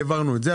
העברנו את זה.